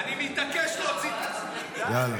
אני מתעקש להוציא את עצמי.